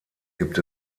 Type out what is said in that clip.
gibt